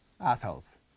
Assholes